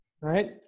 right